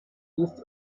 east